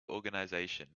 organization